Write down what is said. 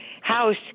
house